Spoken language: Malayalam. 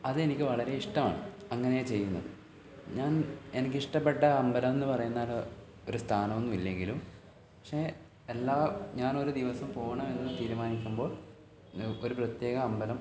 അതെനിക്ക് വളരേ ഇഷ്ടമാണ് അങ്ങനെ ചെയ്യുന്നത് ഞാൻ എനിക്കിഷ്ടപ്പെട്ട അമ്പലമെന്നു പറയുന്നത് ഒരു സ്ഥാനമൊന്നുമില്ലെങ്കിലും പക്ഷേ എല്ലാ ഞാനൊരു ദിവസം പോകണമെന്നു തീരുമാനിക്കുമ്പോൾ ഒരു പ്രത്യേക അമ്പലം